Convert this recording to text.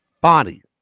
body